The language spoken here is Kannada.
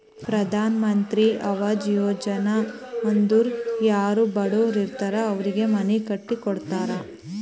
ಪ್ರಧಾನ್ ಮಂತ್ರಿ ಆವಾಸ್ ಯೋಜನಾ ಅಂದುರ್ ಯಾರೂ ಬಡುರ್ ಇರ್ತಾರ್ ಅವ್ರಿಗ ಮನಿ ಕಟ್ಟಿ ಕೊಡ್ತಾರ್